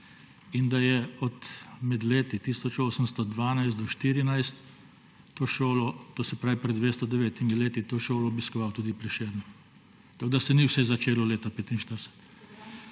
in da je med leti 1812 in 1814, to se pravi pred 209 leti, to šolo obiskoval tudi Prešern. Tako da se ni vse začelo leta 1945.